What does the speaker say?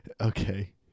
Okay